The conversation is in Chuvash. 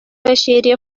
раҫҫейре